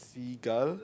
seagull